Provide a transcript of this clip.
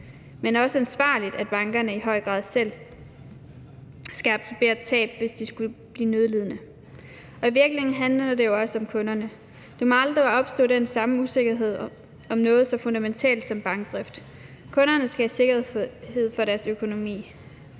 men også ansvarligt, at bankerne i høj grad selv skal absorbere et tab, hvis de skulle blive nødlidende. I virkeligheden handler det jo også om kunderne. Der må aldrig opstå den samme usikkerhed om noget så fundamentalt som bankdrift; kunderne skal have sikkerhed for deres økonomi.